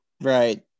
right